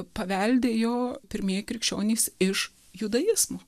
paveldėjo pirmieji krikščionys iš judaizmo